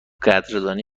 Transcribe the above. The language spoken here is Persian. قدردانی